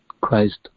Christ